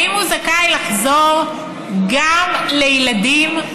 האם הוא זכאי לחזור גם לילדים?